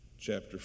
Chapter